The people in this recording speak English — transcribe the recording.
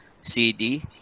CD